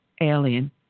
alien